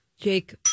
Jake